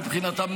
מבחינתם,